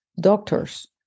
doctors